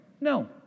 No